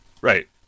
Right